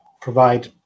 provide